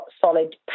solid